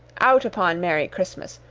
out upon merry christmas!